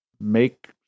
make